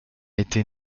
été